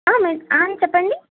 చెప్పండి